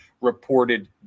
reported